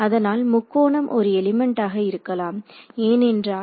அதனால் முக்கோணம் ஒரு எல்மெண்ட்டாக இருக்கலாம் ஏன் என்றால்